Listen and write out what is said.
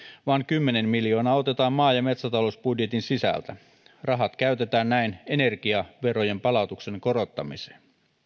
vaan kymmenen miljoonaa otetaan maa ja metsätalousbudjetin sisältä rahat käytetään näin energiaverojen palautuksen korottamiseen